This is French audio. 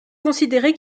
considérer